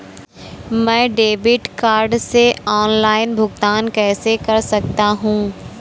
मैं debit card से online भुगतान कैसे कर सकता हूँ?